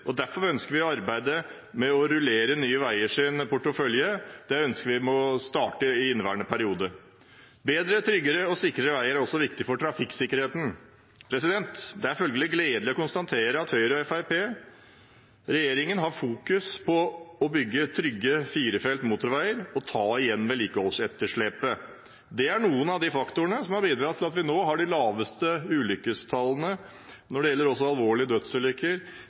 og derfor ønsker vi å rullere Nye Veiers portefølje, og det ønsker vi må starte i inneværende periode. Bedre, tryggere og sikrere veier er også viktig for trafikksikkerheten. Det er følgelig gledelig å konstatere at Høyre–Fremskrittsparti-regjeringen har fokus på å bygge trygge firefelts motorveier og ta igjen vedlikeholdsetterslepet. Det er noen av de faktorene som har bidratt til at vi nå har de laveste ulykkestallene – også når det gjelder alvorlige dødsulykker